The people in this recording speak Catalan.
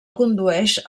condueix